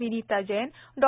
Vinita Jain Dr